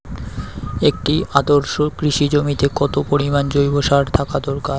একটি আদর্শ কৃষি জমিতে কত পরিমাণ জৈব সার থাকা দরকার?